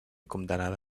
condemnada